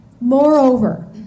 Moreover